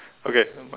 okay nevermind